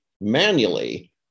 manually